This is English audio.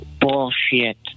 Bullshit